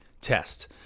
test